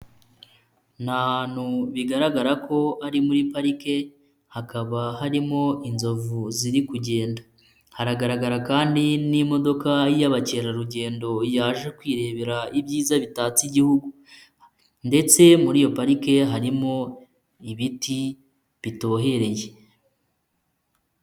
Ni ahantu bigaragara ko ari muri parike hakaba harimo inzovu ziri kugenda haragaragara kandi n'imodoka y'abakerarugendo yaje kwirebera ibyiza bitatse igihugu ndetse muri iyo pariki harimo ibiti bitohereye.